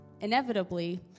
inevitably